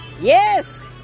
Yes